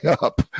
up